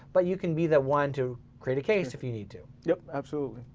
but you can be the one to create a case if you need to. yep, absolutely.